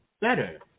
better